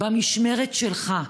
במשמרת שלך,